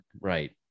Right